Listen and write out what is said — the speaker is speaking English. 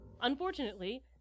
Unfortunately